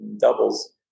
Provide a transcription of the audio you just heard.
Doubles